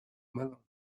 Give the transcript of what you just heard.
melons